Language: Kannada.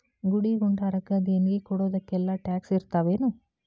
ಗುಡಿ ಗುಂಡಾರಕ್ಕ ದೇಣ್ಗಿ ಕೊಡೊದಕ್ಕೆಲ್ಲಾ ಟ್ಯಾಕ್ಸ್ ಇರ್ತಾವೆನು?